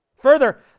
Further